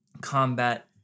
Combat